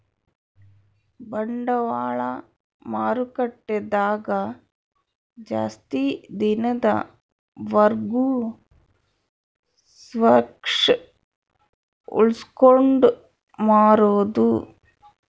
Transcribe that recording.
ಬಂಡವಾಳ ಮಾರುಕಟ್ಟೆ ದಾಗ ಜಾಸ್ತಿ ದಿನದ ವರ್ಗು ಸ್ಟಾಕ್ಷ್ ಉಳ್ಸ್ಕೊಂಡ್ ಮಾರೊದು